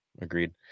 Agreed